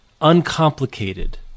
uncomplicated